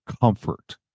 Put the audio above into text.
comfort